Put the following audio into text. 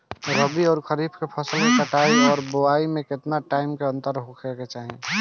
रबी आउर खरीफ फसल के कटाई और बोआई मे केतना टाइम के अंतर होखे के चाही?